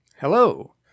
Hello